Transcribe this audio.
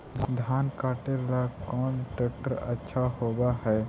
धान कटे ला कौन ट्रैक्टर अच्छा होबा है?